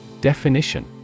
Definition